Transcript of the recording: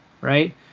right